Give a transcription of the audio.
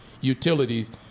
utilities